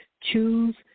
choose